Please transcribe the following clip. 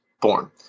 born